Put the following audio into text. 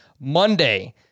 Monday